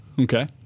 Okay